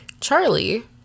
Charlie